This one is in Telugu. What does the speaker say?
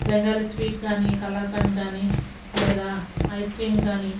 బెంగాలీ స్వీట్ కానీ కలాకండ్ కానీ లేదా ఐస్ క్రీమ్ కానీ